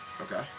okay